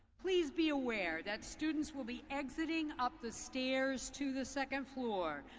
please be aware that students will be exiting up the stairs, to the second floor.